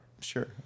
Sure